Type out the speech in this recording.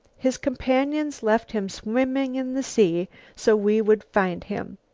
his companions left him swimming in the sea so we would find him.